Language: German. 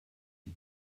die